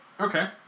Okay